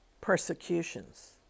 persecutions